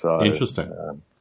Interesting